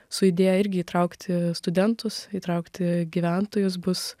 su idėja irgi įtraukti studentus įtraukti gyventojus bus